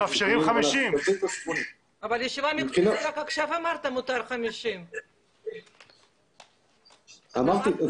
אבל אתם מאפשרים 50. בישיבת עבודה אמרת שמותר 50. במקומות עבודה.